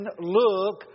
look